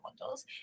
models